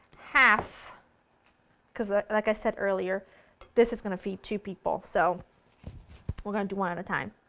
half because like i said earlier this is going to feed two people, so we're going to do one at a time.